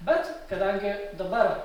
bet kadangi dabar